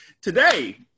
today